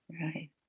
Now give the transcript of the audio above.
right